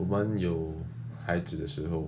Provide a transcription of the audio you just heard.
我们有孩子的时候